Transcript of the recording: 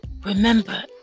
remember